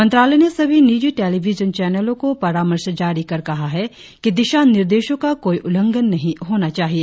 मंत्रालय ने सभी निजी टेलीविजन चैनलों को परामर्श जारी कर कहा है कि दिशा निर्देशों का कोई उल्लंघन नही होना चाहिए